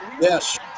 Yes